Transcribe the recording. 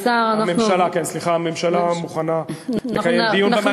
סליחה, הממשלה מוכנה לקיים דיון.